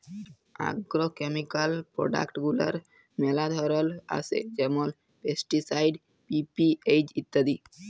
agrochemical product গুলার ম্যালা ধরল আসে যেমল পেস্টিসাইড, পি.পি.এইচ ইত্যাদি